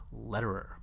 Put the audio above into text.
letterer